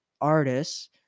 artists